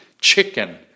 chicken